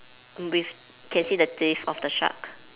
with can see the face of the shark